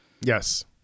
Yes